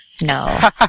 No